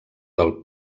del